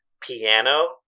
piano